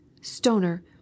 Stoner